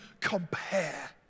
compare